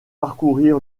parcourir